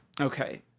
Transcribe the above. Okay